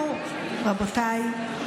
רבותיי,